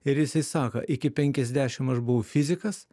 ir jisai sako iki penkiasdešim aš buvau fizikas